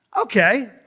Okay